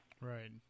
Right